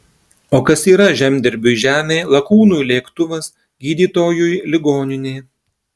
o kas yra žemdirbiui žemė lakūnui lėktuvas gydytojui ligoninė